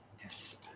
Yes